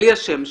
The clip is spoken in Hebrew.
בלי השם שלו?